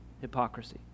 Hypocrisy